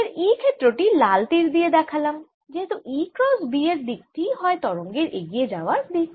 এর E ক্ষেত্র টি লাল তীর দিয়ে দেখালাম যেহেতু E ক্রস B এর দিক টিই হয় তরঙ্গের এগিয়ে যাওয়ার দিক